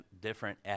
different